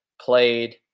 played